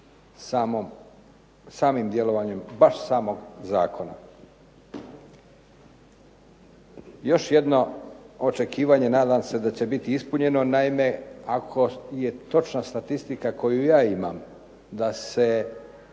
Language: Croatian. samim djelovanjem baš samog zakona. Još jedno očekivanje nadam se da će biti ispunjeno. Naime, ako je točna statistika koju ja imam da se